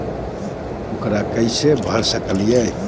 ऊकरा कैसे भर सकीले?